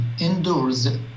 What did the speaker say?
endures